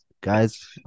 guys